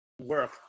work